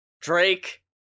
Drake